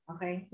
Okay